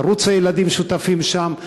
ערוץ הילדים שותפים שם,